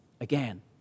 again